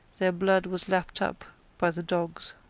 their blood was lapped up by the dogs.